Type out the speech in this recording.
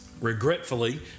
Regretfully